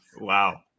Wow